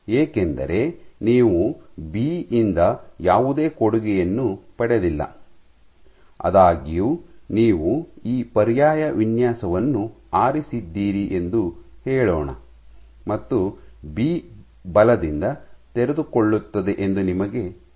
ಏಕೆಂದರೆ ನೀವು ಬಿ ಯಿಂದ ಯಾವುದೇ ಕೊಡುಗೆಯನ್ನು ಪಡೆದಿಲ್ಲ ಆದಾಗ್ಯೂ ನೀವು ಈ ಪರ್ಯಾಯ ವಿನ್ಯಾಸವನ್ನು ಆರಿಸಿದ್ದೀರಿ ಎಂದು ಹೇಳೋಣ ಮತ್ತು ಬಿ ಬಲದಿಂದ ತೆರೆದುಕೊಳ್ಳುತ್ತದೆ ಎಂದು ನಿಮಗೆ ತಿಳಿದಿದೆ